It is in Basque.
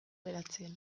beratzen